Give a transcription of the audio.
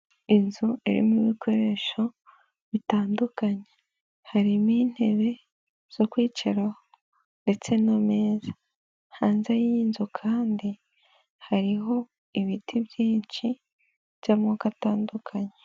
Inzu irimo ibikoresho bitandukanye, harimo intebe zo kwicara ndetse n'ameza, hanze y'inzu kandi hariho ibiti byinshi by'amoko atandukanye.